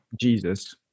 Jesus